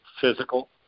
physical